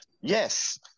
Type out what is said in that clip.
Yes